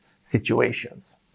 situations